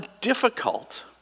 difficult